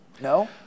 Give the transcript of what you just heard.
No